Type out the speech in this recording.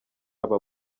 aba